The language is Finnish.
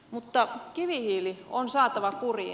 mutta kivihiili on saatava kuriin